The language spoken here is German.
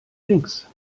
links